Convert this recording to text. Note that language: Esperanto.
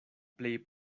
plej